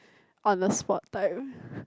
on the spot type